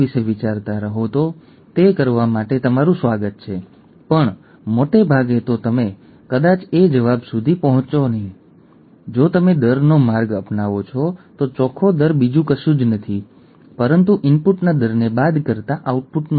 અને આના કારણે મોટી મુશ્કેલીઓ ઊભી થાય છે જેમ કે તમે આ કોર્સમાં અગાઉની ભલામણ કરેલા વીડિયોમાં જોઈ ચૂક્યા છો